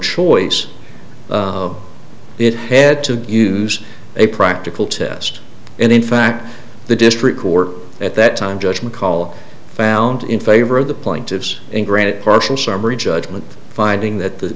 choice it had to use a practical test and in fact the district court at that time judgment call found in favor of the plaintiffs and granted partial summary judgment finding that the